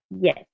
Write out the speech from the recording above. Yes